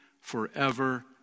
forever